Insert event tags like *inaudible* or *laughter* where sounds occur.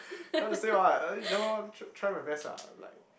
*breath* you want to say what ya lor tr~ try my best ah like